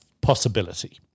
possibility